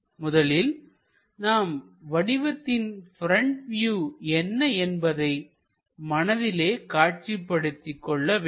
முதலில் நாம் வடிவத்தின் ப்ரெண்ட் வியூ என்ன என்பதை மனதிலே காட்சிப்படுத்திக் கொள்ள வேண்டும்